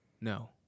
No